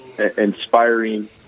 inspiring